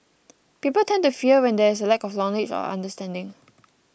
people tend to fear when there is a lack of knowledge or understanding